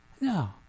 No